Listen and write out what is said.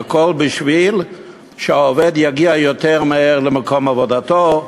הכול בשביל שהעובד יגיע יותר מהר למקום עבודתו,